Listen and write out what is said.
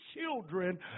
children